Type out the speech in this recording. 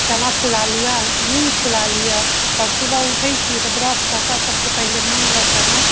चना फुला लिअ मूँग फुला लिअ आओर सुबह उठै छियै तऽ ब्रश कऽ कऽ सभसँ पहिले मूँग अओर चना